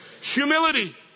Humility